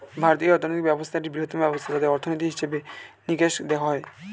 ভারতীয় অর্থনৈতিক ব্যবস্থা একটি বৃহত্তম ব্যবস্থা যাতে অর্থনীতির হিসেবে নিকেশ দেখা হয়